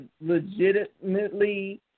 legitimately